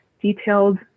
detailed